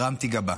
הרמתי גבה.